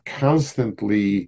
constantly